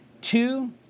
Two